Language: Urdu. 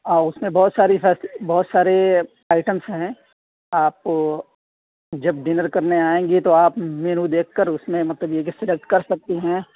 آو اُس میں بہت ساری بہت سارے ایٹمس ہیں آپ جب ڈنر کرنے آئیں گی تو آپ مینو دیکھ کر اُس میں مطلب یہ کہ سیلکٹ کر سکتی ہیں